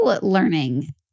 learning